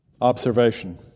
observation